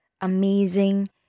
amazing